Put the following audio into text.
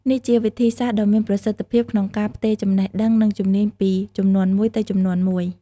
នេះជាវិធីសាស្ត្រដ៏មានប្រសិទ្ធភាពក្នុងការផ្ទេរចំណេះដឹង និងជំនាញពីជំនាន់មួយទៅជំនាន់មួយ។